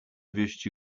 wieści